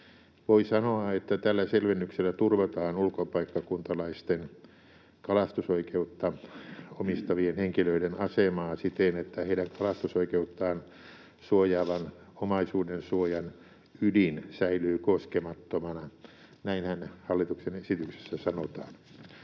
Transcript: Voi sanoa, että tällä selvennyksellä turvataan ulkopaikkakuntalaisten kalastusoikeutta omistavien henkilöiden asemaa siten, että heidän kalastusoikeuttaan suojaavan omaisuudensuojan ydin säilyy koskemattomana — näinhän hallituksen esityksessä sanotaan.